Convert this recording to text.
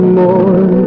more